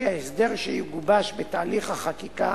כי ההסדר שיגובש בתהליך החקיקה